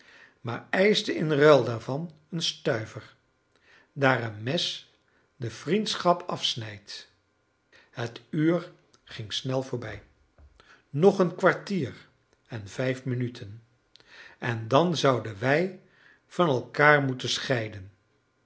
maar eischte in ruil daarvan een stuiver daar een mes de vriendschap afsnijdt het uur ging snel voorbij nog een kwartier en vijf minuten en dan zouden wij van elkaar moeten scheiden